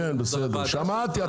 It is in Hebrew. שמעתי,